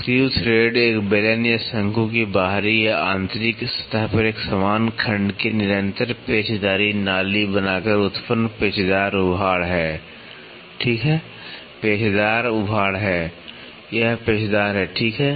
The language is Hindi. स्क्रू थ्रेड एक बेलन या शंकु की बाहरी या आंतरिक सतह पर एक समान खंड के निरंतर पेचदार नाली बनाकर उत्पन्न पेचदार उभाड़ है ठीक है पेचदार उभाड़ है पेचदार उभाड़ यह पेचदार है ठीक है